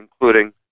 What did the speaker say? including